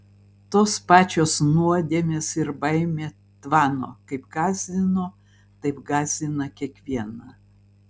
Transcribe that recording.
tos pačios nuodėmės ir baimė tvano kaip gąsdino taip gąsdina kiekvieną